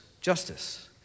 justice